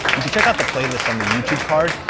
you can check out the playlist on the youtube card,